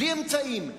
בלי אמצעים,